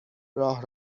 راه